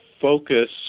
focus